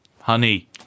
Honey